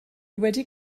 wedi